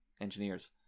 engineers